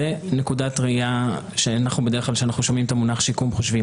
זאת נקודת ראייה שאנחנו חושבים עליה עת אנחנו שומעים אתה מונח שיקום.